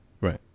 Right